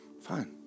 Fine